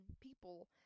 people